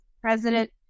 President